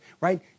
right